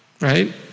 right